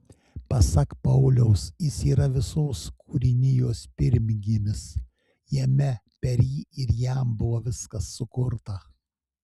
pasak pauliaus jis yra visos kūrinijos pirmgimis jame per jį ir jam buvo viskas sukurta